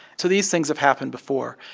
so these things have happened before.